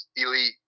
elite